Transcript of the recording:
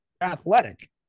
athletic